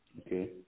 Okay